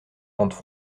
pentes